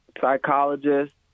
psychologist